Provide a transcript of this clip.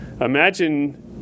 Imagine